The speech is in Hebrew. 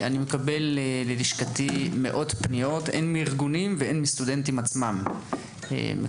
אני מקבל ללשכתי מאות פניות מסטודנטים ומארגונים